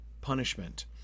punishment